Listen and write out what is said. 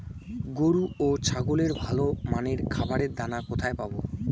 গরু ও ছাগলের ভালো মানের খাবারের দানা কোথায় পাবো?